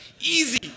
Easy